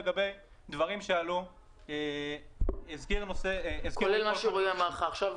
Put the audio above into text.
לגבי דברים שעלו --- כולל מה שרועי אמר לך עכשיו,